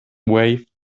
waved